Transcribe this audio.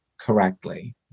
correctly